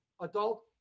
adult